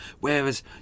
Whereas